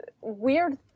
weird